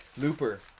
Looper